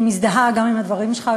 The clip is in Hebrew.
אני מזדהה גם עם הדברים שלך,